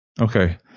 Okay